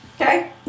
Okay